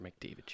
McDavid